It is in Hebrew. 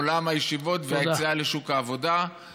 עולם הישיבות והיציאה לשוק העבודה, תודה.